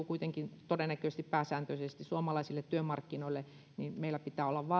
kuitenkin todennäköisesti hakeutuu pääsääntöisesti suomalaisille työmarkkinoille niin meillä pitää olla